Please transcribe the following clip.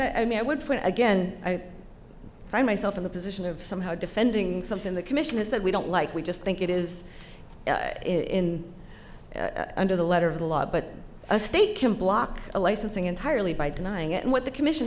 point again i find myself in the position of somehow defending something the commission is that we don't like we just think it is in under the letter of the law but a state can block a licensing entirely by denying it and what the commission